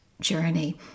journey